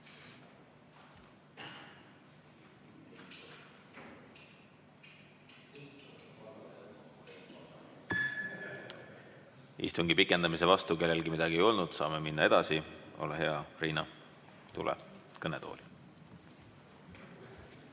Istungi pikendamise vastu kellelgi midagi ei olnud, saame minna edasi. Ole hea, Riina, tule kõnetooli!